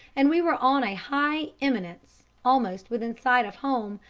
and we were on a high eminence, almost within sight of home,